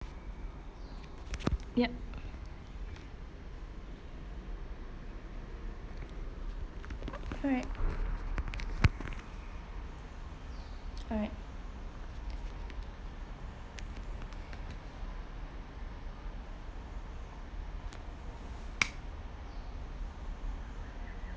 yup correct all right